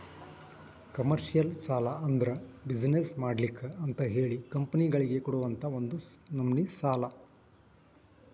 commercial ಸಾಲಾ ಅಂದ್ರ business ಮಾಡ್ಲಿಕ್ಕೆ ಅಂತಹೇಳಿ ಕಂಪನಿಗಳಿಗೆ ಕೊಡುವಂತಾ ಒಂದ ನಮ್ನಿ ಸಾಲಾ